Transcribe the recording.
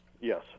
Yes